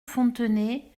fontenay